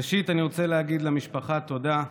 ראשית, אני רוצה להגיד למשפחה תודה.